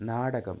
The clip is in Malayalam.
നാടകം